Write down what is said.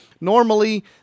normally